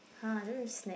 !huh! I don't really snack